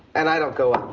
and i don't go